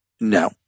No